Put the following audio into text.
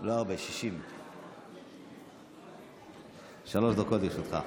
לא הרבה, 60. שלוש דקות לרשותך.